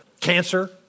cancer